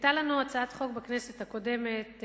היתה לנו הצעת חוק בכנסת הקודמת,